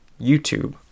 YouTube